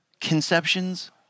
Conceptions